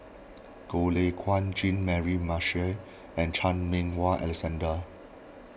Goh Lay Kuan Jean Mary Marshall and Chan Meng Wah Alexander